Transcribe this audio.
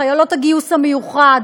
חיילות הגיוס המיוחד,